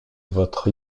votre